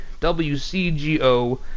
WCGO